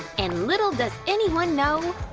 and little does anyone know,